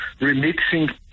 remixing